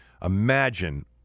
Imagine